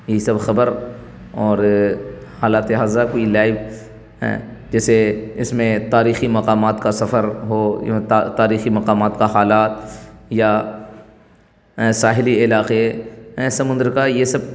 یہی سب خبر اور حالات حاضرہ کی لائیو جیسے اس میں تاریخی مقامات کا سفر ہو تاریخی مقامات کا حالات یا ساحلی علاقے سمندر کا یہ سب